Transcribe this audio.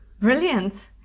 brilliant